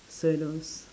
so those